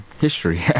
history